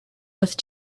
with